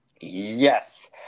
Yes